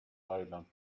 silent